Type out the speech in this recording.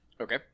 Okay